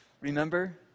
Remember